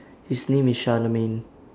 his name is sharlemin